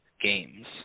games